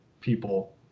people